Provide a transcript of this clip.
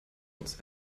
uns